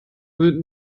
wird